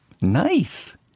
nice